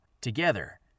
Together